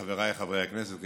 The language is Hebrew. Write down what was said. חבריי חברי הכנסת,